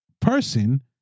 person